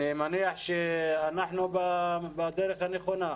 אני מניח שאנחנו בדרך הנכונה.